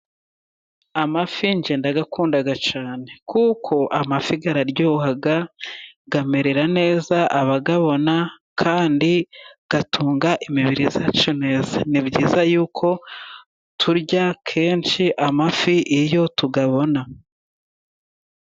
Amafi jye ndagakunda cyane, kuko amafi aryoha, amerera neza abayabona, kandi atunga imibiri yacu neza, ni byiza yuko turya kenshi amafi iyo tuyabona.